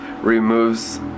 removes